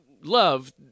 love